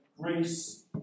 Greece